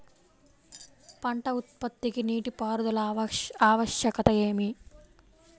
పంట ఉత్పత్తికి నీటిపారుదల ఆవశ్యకత ఏమి?